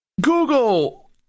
Google